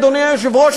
אדוני היושב-ראש,